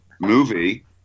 movie